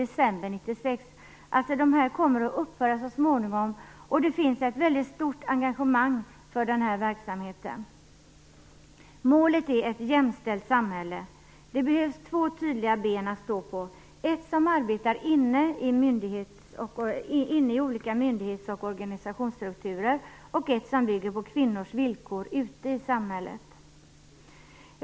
Verksamheten kommer alltså så småningom att upphöra, men det finns ett väldigt stort engagemang för denna verksamhet. Målet är ett jämställt samhälle. Det behövs två tydliga ben att stå på - ett som arbetar inne i olika myndighets och organisationsstrukturer och ett som bygger på kvinnors villkor ute i samhället.